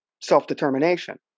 self-determination